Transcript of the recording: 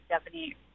Stephanie